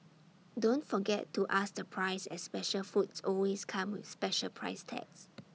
don't forget to ask the price as special foods always come with special price tags